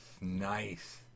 nice